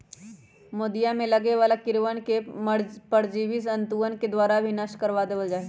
मोदीया में लगे वाला कीड़वन के परजीवी जंतुअन के द्वारा भी नष्ट करवा वल जाहई